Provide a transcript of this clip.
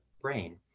brain